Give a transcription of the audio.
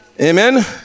Amen